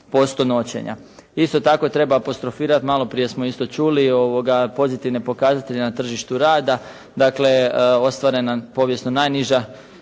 5,6% noćenja. Isto tako treba apostrofirati, malo prije smo isto čuli pozitivne pokazatelja na tržištu rada, dakle, ostvarena povijesno najniža